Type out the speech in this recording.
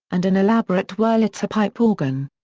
and an elaborate wurlitzer pipe organ.